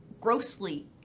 grossly